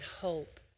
hope